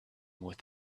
with